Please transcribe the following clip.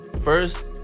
first